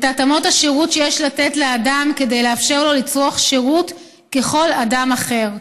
את התאמות השירות שיש לתת לאדם כדי לאפשר לו לצרוך שירות ככל אדם אחר,